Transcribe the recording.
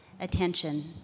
attention